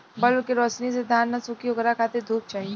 bulb के रौशनी से धान न सुखी ओकरा खातिर धूप चाही